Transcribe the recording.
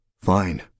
Fine